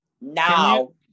now